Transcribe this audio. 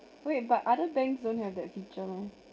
wait but other banks don't have that feature lor